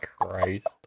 Christ